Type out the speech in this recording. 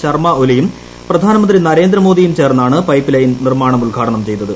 ശർമ ഒലിയും പ്രധാനമന്ത്രി നരേന്ദ്രമോദിയും ചേർന്നാണ് പൈപ്പ്ലൈൻ നിർമ്മാണം ഉദ്ഘാടനം ചെയ്തത്